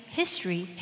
history